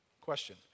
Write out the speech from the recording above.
Question